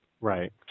right